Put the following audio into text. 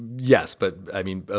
yes, but i mean, ah